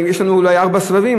יש לנו אולי ארבעה סבבים,